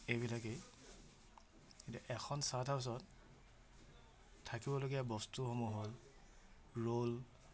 এইবিলাকেই এখন ছাট হাউছত থাকিবলগীয়া বস্তুসমূহ হ'ল ৰোল